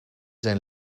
zijn